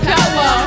Power